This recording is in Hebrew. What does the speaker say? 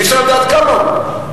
אי-אפשר לדעת כמה הוא.